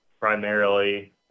primarily